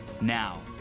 Now